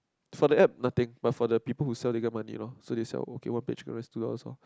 for that app nothing but for the people who sell they get money lor so they sell okay one page at least two dollars lor